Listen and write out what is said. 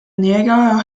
niega